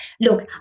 look